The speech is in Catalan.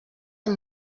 amb